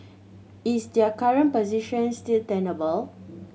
is their current position still tenable